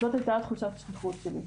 זאת הייתה תחושת השליחות שלי.